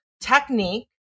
technique